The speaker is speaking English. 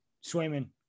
swimming